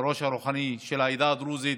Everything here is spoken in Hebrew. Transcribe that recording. הראש הרוחני של העדה הדרוזית,